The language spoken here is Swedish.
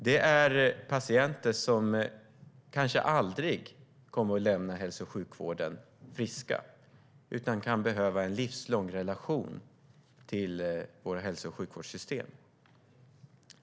Det är patienter som kanske aldrig kommer att lämna hälso och sjukvården friska, utan de kan behöva en livslång relation till våra hälso och sjukvårdssystem.